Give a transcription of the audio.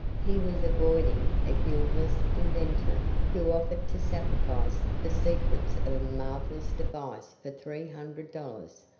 he was avoiding a guileless inventor who offered to sacrifice the secrets of a marvelous device for three hundred dollars,